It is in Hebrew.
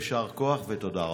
יישר כוח ותודה רבה.